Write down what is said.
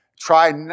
try